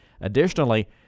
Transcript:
Additionally